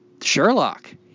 Sherlock